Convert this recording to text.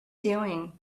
doing